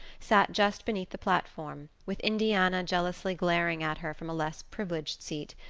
sat just beneath the platform, with indiana jealously glaring at her from a less privileged seat,